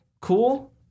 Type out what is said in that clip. cool